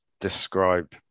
describe